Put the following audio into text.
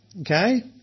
Okay